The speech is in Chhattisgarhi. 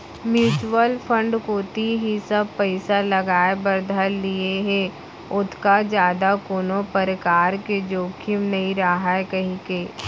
म्युचुअल फंड कोती ही सब पइसा लगाय बर धर लिये हें ओतका जादा कोनो परकार के जोखिम नइ राहय कहिके